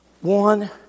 one